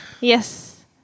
Yes